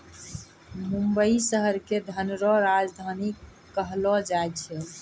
मुंबई शहर के धन रो राजधानी कहलो जाय छै